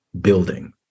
building